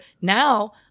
Now